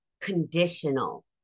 conditional